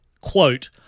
Quote